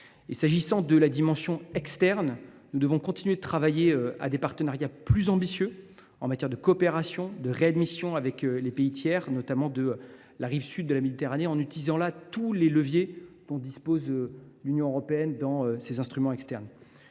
S’agissant de la dimension externe, nous devons continuer de travailler à des partenariats plus ambitieux en matière de coopération et de réadmission avec les pays tiers, notamment de la rive sud de la Méditerranée, en utilisant tous les leviers dont dispose l’Union européenne. Une discussion s’engagera